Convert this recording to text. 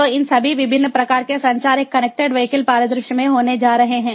तो इन सभी विभिन्न प्रकार के संचार एक कनेक्टेड वीहिकल परिदृश्य में होने जा रहे हैं